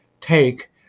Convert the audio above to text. take